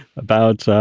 about. so